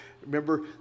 Remember